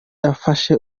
yamfashe